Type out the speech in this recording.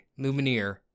Lumineer